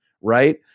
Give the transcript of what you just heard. right